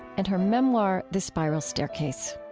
and her memoir, the spiral staircase